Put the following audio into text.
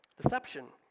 deception